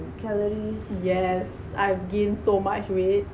yes I've gain so much weight